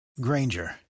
Granger